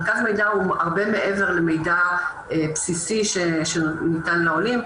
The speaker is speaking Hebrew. מרכז המידע הוא הרבה מעבר למידע בסיסי שניתן לעולים,